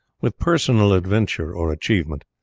with personal adventure or achievement.